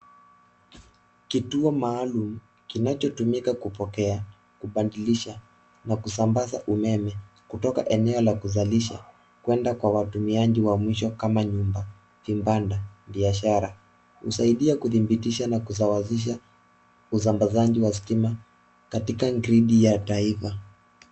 Kituo maalumu, kinachotumika kupokea, kubadilisha, na kusambaza umeme, kutoka eneo la kuzalisha kwenda kwa watumiaji wa mwisho kama nyumba, vibanda, biashara . Husaidia kudhibitisha na kusawazisha usambazaji wa stima katika gridi ya taifa.